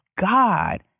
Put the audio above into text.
God